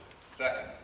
Second